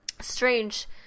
strange